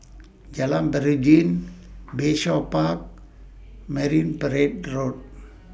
Jalan Beringin Bayshore Park Marine Parade Road